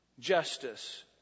justice